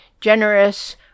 generous